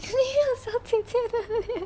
没有小姐姐的脸